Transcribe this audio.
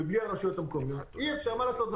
והרשויות המקומיות אי אפשר מה לעשות,